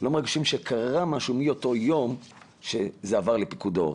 לא מרגישים שקרה משהו מאותו יום שזה עבר לפיקוד העורף.